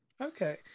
Okay